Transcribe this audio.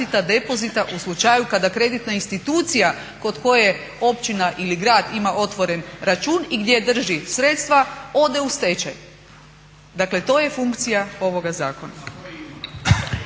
u slučaju kada kreditna institucija kod koje općina ili grad ima otvoren račun i gdje drži sredstva ode u stečaj. Dakle, to je funkcija ovoga zakona.